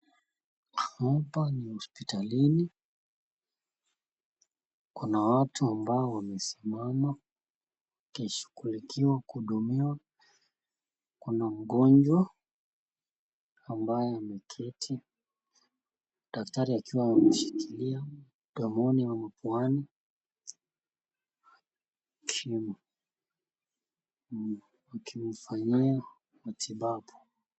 Hapa ni hospitalini kuna watu ambao wamesimama kuhudumiwa. Kuna mgonjwa ambaye ameketi daktari akiwa ameshikilia mdomo wake na mapuani akimfanyia matibabu.